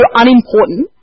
unimportant